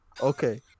okay